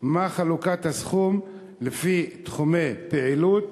3. מה היא חלוקת הסכום לפי תחומי פעילות?